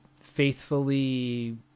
faithfully